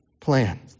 plan